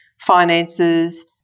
finances